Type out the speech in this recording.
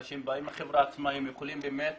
אנשים שבאים מהחברה עצמה והם יכולים באמת